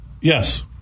Yes